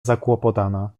zakłopotana